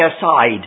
aside